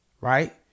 right